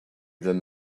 than